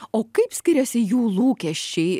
o kaip skiriasi jų lūkesčiai